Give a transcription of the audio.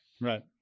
Right